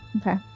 Okay